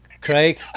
Craig